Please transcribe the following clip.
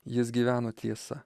jis gyveno tiesa